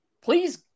please